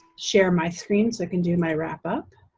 share my screen, so i can do my wrap-up.